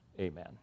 Amen